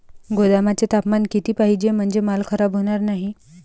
गोदामाचे तापमान किती पाहिजे? म्हणजे माल खराब होणार नाही?